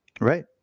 Right